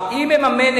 נו,